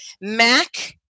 Mac